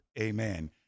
amen